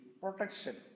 protection